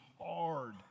hard